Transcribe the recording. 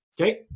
Okay